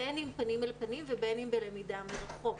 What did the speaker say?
בין אם פנים אל פנים ובין אם בלמידה מרחוק.